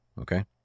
okay